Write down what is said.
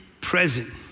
present